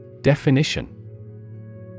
Definition